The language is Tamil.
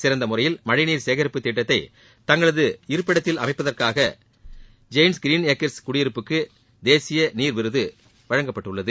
சிறந்த முறையில் மழைநீர் சேகரிப்புத் திட்டத்தை தங்களது இருப்பிடத்தில் அமைத்ததற்காக ஜெயின்ஸ் கிரீன் ஏக்கர்ஸ் குடியிருப்புக்கு தேசிய நீர் விருது விருது வழங்கப்பட்டுள்ளது